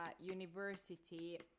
university